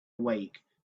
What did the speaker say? awake